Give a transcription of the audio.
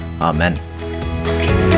Amen